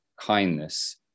kindness